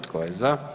Tko je za?